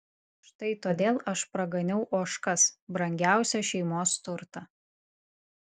štai todėl aš praganiau ožkas brangiausią šeimos turtą